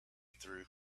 through